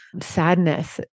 sadness